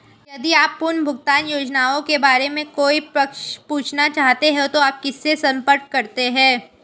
यदि आप पुनर्भुगतान योजनाओं के बारे में कोई प्रश्न पूछना चाहते हैं तो आप किससे संपर्क करते हैं?